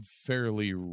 fairly